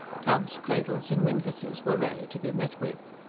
tubs, cradles, and windlasses were rarely to be met with.